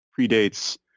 predates